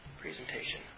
presentation